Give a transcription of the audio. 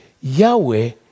Yahweh